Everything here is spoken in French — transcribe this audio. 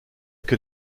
que